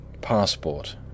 PASSPORT